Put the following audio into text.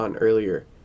earlier